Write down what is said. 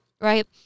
right